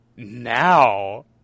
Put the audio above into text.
Now